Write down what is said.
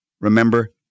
remember